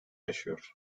yaşıyor